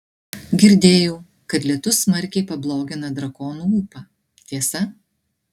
girdėjau kad lietus smarkiai pablogina drakonų ūpą tiesa